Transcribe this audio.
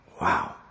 Wow